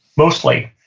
mostly,